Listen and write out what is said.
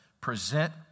present